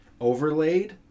overlaid